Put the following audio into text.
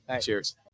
Cheers